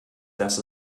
dass